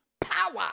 Power